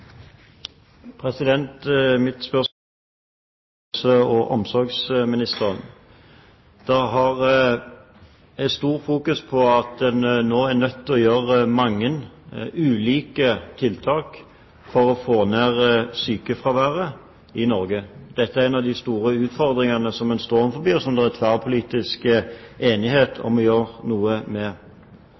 Mitt spørsmål går til helse- og omsorgsministeren. Det er stort fokus på at en nå er nødt til å gjøre mange ulike tiltak for å få ned sykefraværet i Norge. Dette er en av de store utfordringene som en står overfor, og som det er tverrpolitisk enighet om å gjøre noe med.